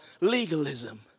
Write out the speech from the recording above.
legalism